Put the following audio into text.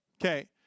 Okay